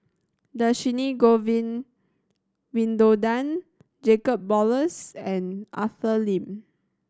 Dhershini Govin Winodan Jacob Ballas and Arthur Lim